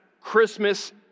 Christmas